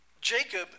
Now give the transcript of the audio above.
Jacob